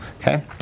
Okay